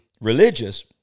religious